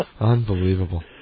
unbelievable